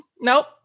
Nope